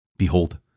Behold